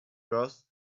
rows